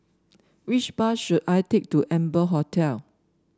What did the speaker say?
which bus should I take to Amber Hotel